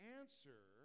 answer